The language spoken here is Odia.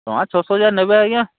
ପାଞ୍ଚ୍ ଛଅଶହ ହଜାର ନେବେ ଆଜ୍ଞା